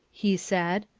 he said,